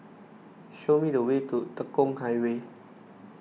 show me the way to Tekong Highway